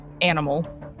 animal